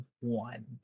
one